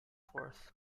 forth